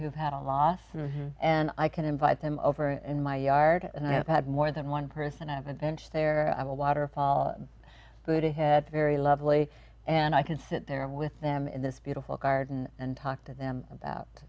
have had a loss and i can invite them over in my yard and i have had more than one person i have a bench there a waterfall buddha head very lovely and i can sit there with them in this beautiful garden and talk to them about